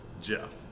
Jeff